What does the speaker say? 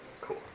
Cool